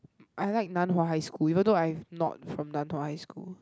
I like Nan Hua High School even though I've not from Nan Hua High School